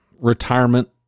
retirement